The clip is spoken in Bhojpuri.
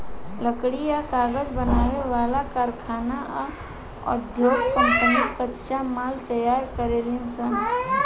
लकड़ी आ कागज बनावे वाला कारखाना आ उधोग कम्पनी कच्चा माल तैयार करेलीसन